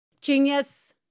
genius